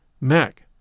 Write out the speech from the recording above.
Mac